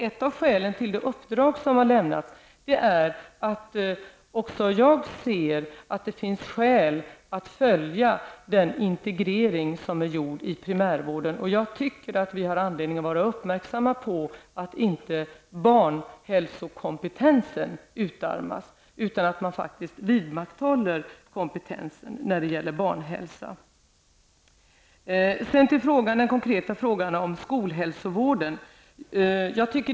Ett av skälen till socialstyrelsens uppdrag är att även jag ser att det finns anledning att följa upp den integrering som har skett i primärvården. Vi har enligt min uppfattning anledning att vara uppmärksamma på att inte barnhälsokompetensen utarmas, utan att man faktiskt vidmakthåller kompetensen när det gäller barnhälsa. Sedan till Ingrid Ronne-Björkqvists konkreta fråga om skolhälsovården.